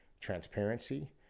transparency